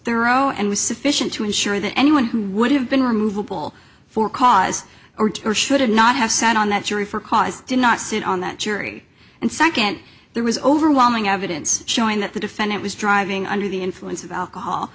thorough and was sufficient to ensure that anyone who would have been removable for cause or should not have sat on that jury for cause did not sit on that jury and second there was overwhelming evidence showing that the defendant was driving under the influence of alcohol